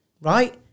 Right